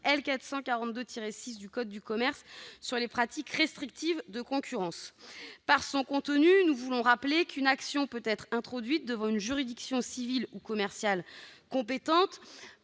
442-6 du code de commerce sur les pratiques restrictives de concurrence. Nous voulons rappeler qu'une action peut être introduite devant une juridiction civile ou commerciale compétente,